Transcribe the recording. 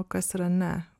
o kas yra ne